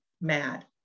mad